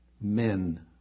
men